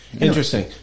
Interesting